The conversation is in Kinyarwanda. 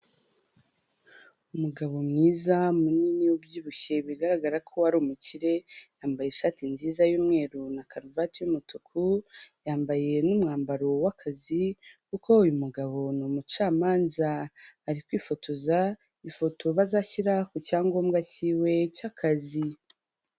Umugabo mwiza munini ubyibushye bigaragara ko ari umukire, yambaye ishati nziza y'umweru na karuvati y'umutuku, yambaye n'umwambaro w'akazi kuko uyu mugabo ni umucamanza. Ari kwifotoza ifoto bazashyira ku cyangombwa cyiwe cy'akazi.